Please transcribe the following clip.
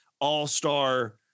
all-star